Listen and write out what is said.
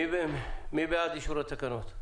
מי בעד אישור התקנות?